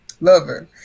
lover